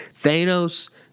Thanos